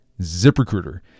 ZipRecruiter